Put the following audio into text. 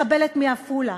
מחבלת מעפולה,